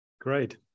Great